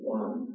one